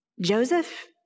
Joseph